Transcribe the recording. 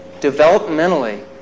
developmentally